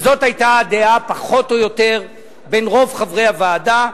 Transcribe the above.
וזאת היתה הדעה פחות או יותר בין רוב חברי הוועדה: